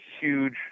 huge